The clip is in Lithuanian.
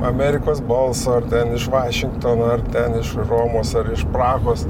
amerikos balso ar ten iš vašingtono ar ten iš romos ar iš prahos